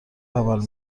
عمل